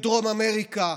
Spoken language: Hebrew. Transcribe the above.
בדרום אמריקה,